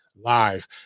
live